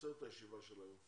נקצר את הישיבה של היום.